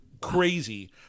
crazy